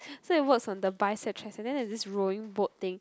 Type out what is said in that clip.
so it works on the bicep triceps then there's this rowing boat thing